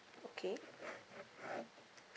okay